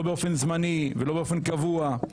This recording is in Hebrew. לא באופן זמני ולא באופן קבוע.